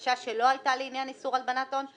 והבקשה שלו היתה לעניין איסור הלבנת הון.